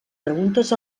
preguntes